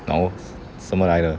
no 什么来的